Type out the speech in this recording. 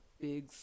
big